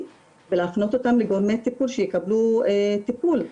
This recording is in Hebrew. ולהפנות אותם לגורמי טיפול שיקבלו טיפול.